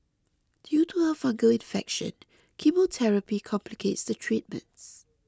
due to her fungal infection chemotherapy complicates the treatments